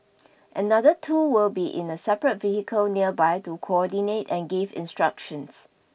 another two will be in a separate vehicle nearby to coordinate and give instructions